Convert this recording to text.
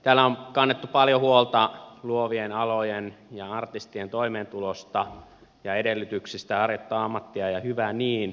täällä on kannettu paljon huolta luovien alojen ja artistien toimeentulosta ja edellytyksistä harjoittaa ammattia ja hyvä niin